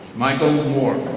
michael moore.